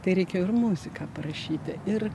tai reikėjo ir muziką parašyti ir